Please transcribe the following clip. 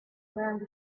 learned